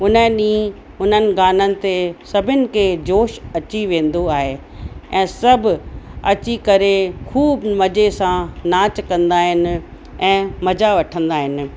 उन ॾींहुं हुननि गाननि ते सभिनि खे जोश अची वेंदो आहे ऐं सभु अची करे ख़ूब मज़े सां नाचु कंदा आहिनि ऐं मज़ा वठंदा आहिनि